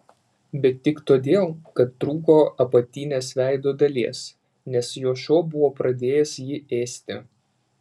bet tik todėl kad trūko apatinės veido dalies nes jo šuo buvo pradėjęs jį ėsti